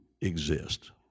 exist